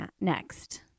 next